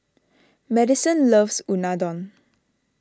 Madison loves Unadon